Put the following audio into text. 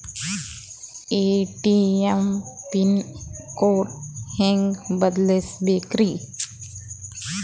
ATM pin code ಹೆಂಗ್ ಬದಲ್ಸ್ಬೇಕ್ರಿ?